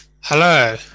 Hello